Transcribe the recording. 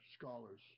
scholars